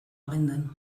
agendan